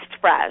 fresh